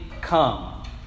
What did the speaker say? come